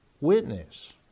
witness